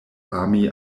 ami